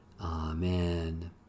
Amen